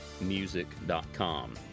music.com